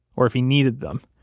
or if he needed them,